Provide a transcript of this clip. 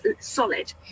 solid